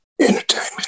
Entertainment